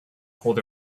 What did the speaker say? hold